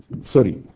sorry